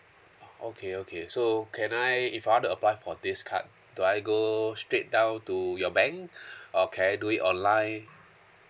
oh okay okay so can I if I want to apply for this card do I go straight down to your bank or can I do it online